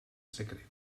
secret